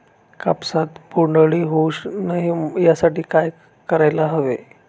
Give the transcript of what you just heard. कापसात बोंडअळी होऊ नये यासाठी काय करायला हवे?